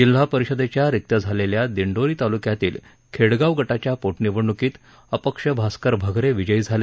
जिल्हा परिषदेच्या रिक्त झालेल्या दिंडोरी तालुक्यातील खेडगाव गटाच्या पोटनिवडणुकीत अपक्ष भास्कर भगरे विजयी झाले